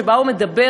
שבו הוא מדבר,